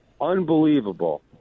unbelievable